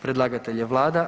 Predlagatelj je vlada.